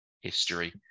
history